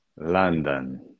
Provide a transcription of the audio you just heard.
London